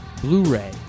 Blu-ray